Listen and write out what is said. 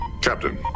Captain